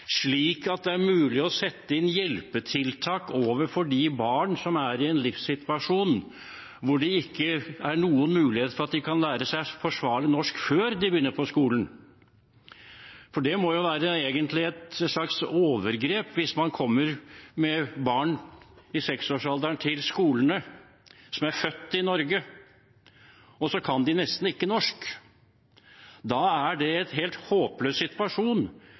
slik at det er mulig å sette inn hjelpetiltak overfor de barn som er i en livssituasjon hvor det ikke er noen mulighet for at de kan lære seg forsvarlig norsk før de begynner på skolen. Det må egentlig være et slags overgrep hvis man kommer til skolen med barn i 6-årsalderen som er født i Norge, og så kan de nesten ikke norsk. Det er en helt håpløs situasjon